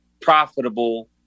profitable